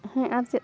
ᱦᱮᱸ ᱟᱨ ᱪᱮᱫ